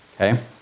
Okay